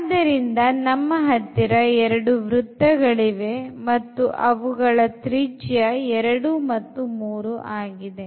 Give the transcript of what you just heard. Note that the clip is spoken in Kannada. ಆದ್ದರಿಂದ ನಮ್ಮ ಹತ್ತಿರ ಎರಡು ವೃತ್ತಗಳು ಇವೆ ಮತ್ತು ಅವುಗಳ ತ್ರಿಜ್ಯ ಗಳು 2 ಮತ್ತು 3 ಆಗಿದೆ